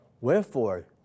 Wherefore